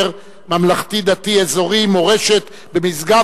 הממלכתי-דתי האזורי "מורשת" במשגב,